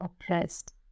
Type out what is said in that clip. oppressed